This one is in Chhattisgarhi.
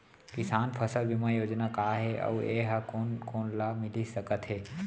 किसान फसल बीमा योजना का हे अऊ ए हा कोन कोन ला मिलिस सकत हे?